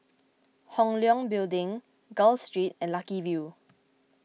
Hong Leong Building Gul Street and Lucky View